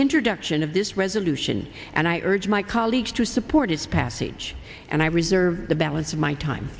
introduction of this resolution and i urge my colleagues to support its passage and i reserve the balance of my time